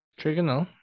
trigonal